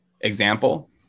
example